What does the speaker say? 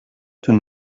tout